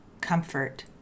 comfort